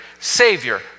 Savior